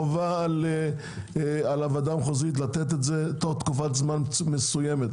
חובה על הוועדה המחוזית לתת את זה תוך תקופת זמן מסוימת.